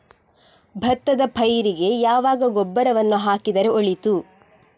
ಭತ್ತದ ಪೈರಿಗೆ ಯಾವಾಗ ಗೊಬ್ಬರವನ್ನು ಹಾಕಿದರೆ ಒಳಿತು?